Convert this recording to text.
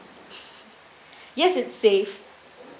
yes it's safe